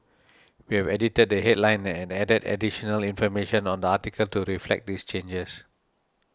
we have edited the headline and added additional information on article to reflect these changes